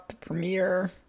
Premiere